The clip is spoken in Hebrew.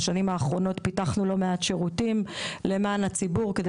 בשנים האחרונות פיתחנו לא מעט שירותים למען הציבור כדי